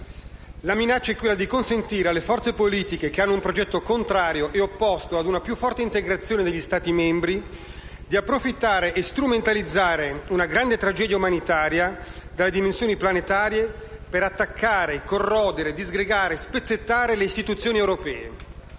La minaccia è quella di consentire alle forze politiche che hanno un progetto contrario e opposto a una più forte integrazione degli Stati membri di approfittare e strumentalizzare una grande tragedia umanitaria dalle dimensioni planetarie, per attaccare, corrodere, disgregare, spezzettare le istituzioni europee,